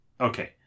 Okay